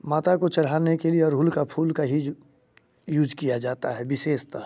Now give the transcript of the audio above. माता को चढ़ाने के लिए अढ़हूल का फूल का ही यूज़ किया जाता है विशेषतः